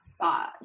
five